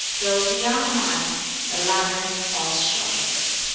goes beyond the mark the latter falls short of it.